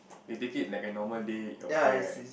they take it like a normal day of fare right